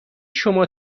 شما